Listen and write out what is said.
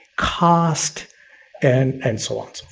cost and and so on